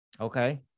Okay